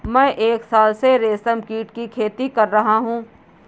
मैं एक साल से रेशमकीट की खेती कर रहा हूँ